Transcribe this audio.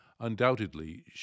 Undoubtedly